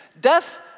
Death